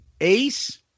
ace